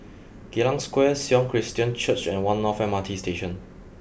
Geylang Square Sion Christian Church and One North M R T Station